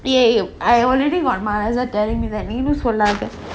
the eye or leaving our mothers telling me that neighbours were lovers